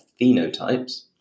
phenotypes